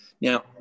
now